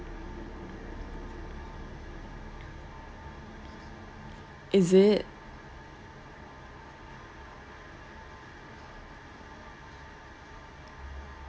is it